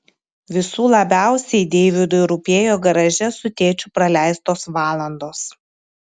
visų labiausiai deividui rūpėjo garaže su tėčiu praleistos valandos